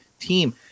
team